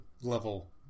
level